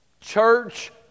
Church